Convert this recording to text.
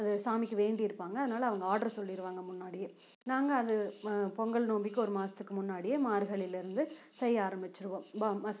அது சாமிக்கு வேண்டியிருப்பாங்க அதனால் அது ஆர்டரு சொல்லியிருவாங்க முன்னாடியே நாங்கள் அது பொங்கல் நோம்பிக்கு ஒரு மாசத்துக்கு முன்னாடியே மார்கழியில் இருந்து செய்ய ஆரபிச்சிருவோம்